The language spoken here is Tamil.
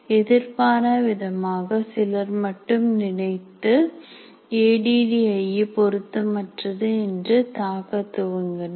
எதிர்பாராவிதமாக சிலர் மட்டும் நினைத்து ஏ டி டி ஐ இ பொருத்தமற்றது என்று தாக்கத் துவங்கினர்